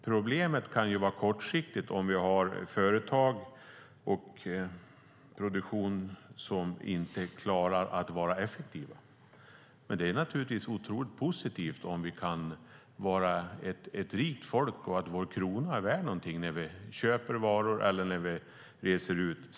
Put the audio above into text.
Problemet kan vara kortsiktigt om vi har företag och produktion som inte är effektiva. Men det är naturligtvis otroligt positivt att vi är ett rikt folk och att vår krona är värd någonting när vi köper varor eller reser ut.